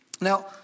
Now